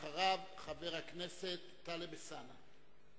אחריו, חבר הכנסת טלב אלסאנע.